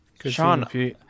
Sean